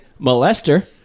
molester